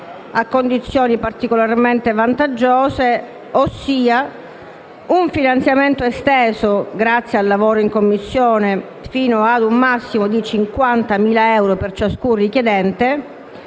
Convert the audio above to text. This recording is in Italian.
a condizioni particolarmente vantaggiose, ossia con un finanziamento che è stato esteso, grazie al lavoro in Commissione, fino a un massimo di 50.000 euro per ciascun richiedente,